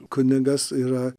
kunigas yra